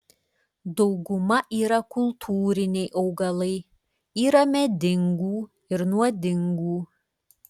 dauguma yra kultūriniai augalai yra medingų ir nuodingų